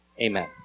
Amen